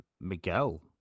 Miguel